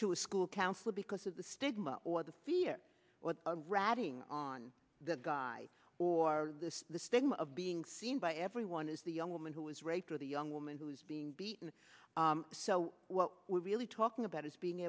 to a school counselor because of the stigma or the fear or ratting on the guy or this the stigma of being seen by everyone is the young woman who was raped or the young woman who's being beaten so what we're really talking about is being